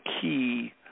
key